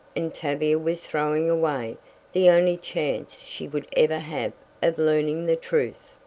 and tavia was throwing away the only chance she would ever have of learning the truth?